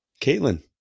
Caitlin